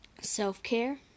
self-care